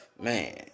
Man